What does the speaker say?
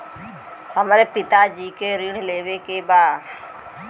हमरे पिता जी के ऋण लेवे के बा?